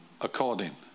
according